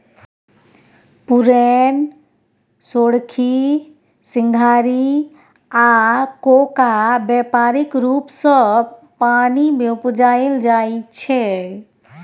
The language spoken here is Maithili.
पुरैण, सोरखी, सिंघारि आ कोका बेपारिक रुप सँ पानि मे उपजाएल जाइ छै